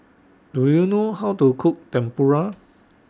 Do YOU know How to Cook Tempura